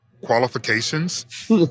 qualifications